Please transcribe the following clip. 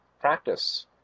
practice